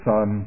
Son